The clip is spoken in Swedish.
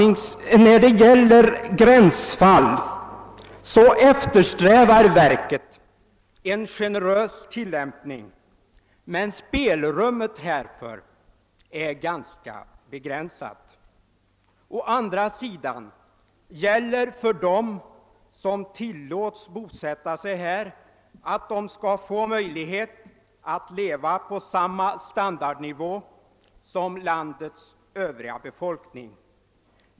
När det gäller gränsfall eftersträvar invandrarverket en generös tillämpning av gällande bestämmelser, men spelrummet härför är ganska begränsat. Å andra sidan gäller för dem som tillåts bosätta sig här att de skall få möjlighet att leva på samma standardnivå som landets övriga befolkning.